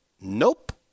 Nope